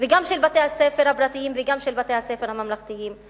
וגם של בתי-הספר הפרטיים וגם של בתי-הספר הממלכתיים.